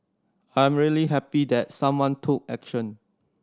I am really happy that someone took action